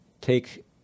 take